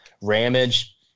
Ramage